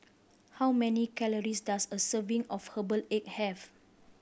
how many calories does a serving of herbal egg have